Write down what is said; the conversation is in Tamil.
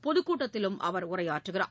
பொதுக்கூட்டத்திலும் அவர் உரையாற்றுகிறார்